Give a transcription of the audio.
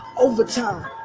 overtime